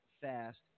fast